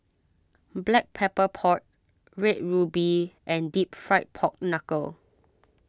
Black Pepper Pork Red Ruby and Deep Fried Pork Knuckle